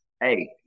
Hey